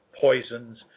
poisons